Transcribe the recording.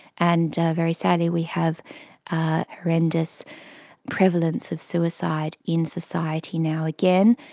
and very sadly we have a horrendous prevalence of suicide in society now, again,